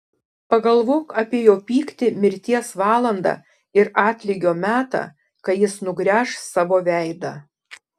pagalvok apie jo pyktį mirties valandą ir atlygio metą kai jis nugręš savo veidą